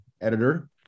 editor